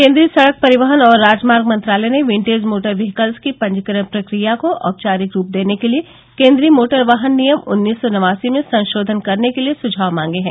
केन्द्रीय सड़क परिवहन और राजमार्ग मंत्रालय ने विंटेज मोटर हीकल्स की पंजीकरण प्रक्रिया को औपचारिक रूप देने के लिए केंद्रीय मोटर वाहन नियम उन्नीस सौ नवासी में संशोधन करने के लिए सुझाव मांगे हैं